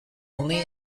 only